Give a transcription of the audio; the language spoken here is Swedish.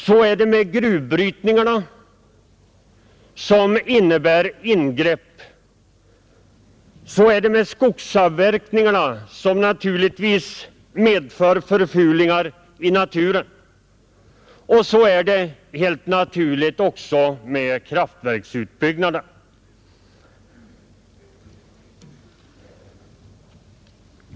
Så är det med gruvbrytningen, som innebär ingrepp, och så är det med skogsavverkningarna, som naturligtvis förfular i naturen. Så är det helt naturligt också med kraftverksutbyggnader.